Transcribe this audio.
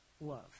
love